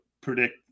predict